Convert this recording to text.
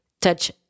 touch